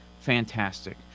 fantastic